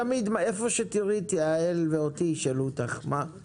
איפה שתראי את יעל ואותי תמיד ישאלו אותך כמה בנגב ובגליל.